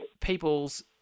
people's